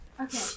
Okay